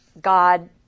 God